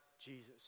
Jesus